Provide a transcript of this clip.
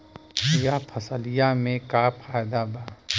यह फसलिया में का फायदा बा?